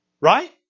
Right